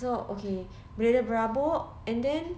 so okay bilik dia berabuk and then